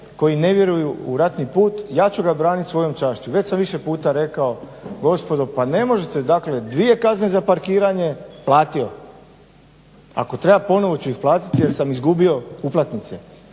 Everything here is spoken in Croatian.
koji ne vjeruju u ratni put. Ja ću ga branit svojom čašću. Već sam više puta rekao, gospodo pa ne možete dakle dvije kazne za parkiranje platio. Ako treba ponovo ću ih platiti jer sam izgubio uplatnice.